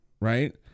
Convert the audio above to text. right